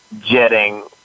jetting